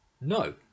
no